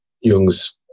Jung's